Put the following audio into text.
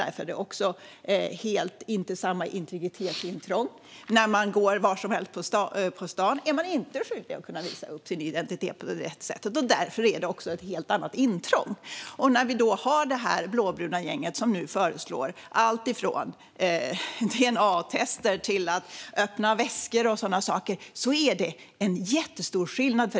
Därför är det inte heller samma integritetsintrång. När man går var som helst på stan är man inte skyldig att kunna bevisa sin identitet. Därför är det också ett helt annat intrång. Nu har vi det här blåbruna gänget som föreslår allt från dna-tester till att öppna väskor och sådana saker. Då är det en jättestor skillnad.